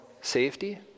safety